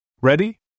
Ready